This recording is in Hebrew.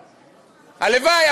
הלוואי,